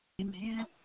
Amen